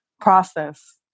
process